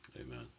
Amen